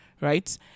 right